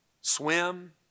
swim